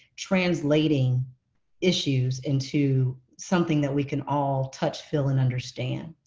translating issues into something that we can all touch, feel, and understand.